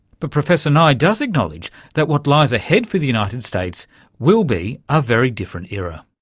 but professor nye does acknowledge that what lays ahead for the united states will be a very different era.